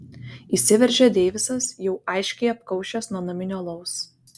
įsiveržia deivisas jau aiškiai apkaušęs nuo naminio alaus